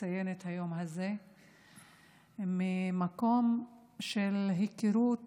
לציין את היום הזה ממקום של היכרות